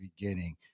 beginning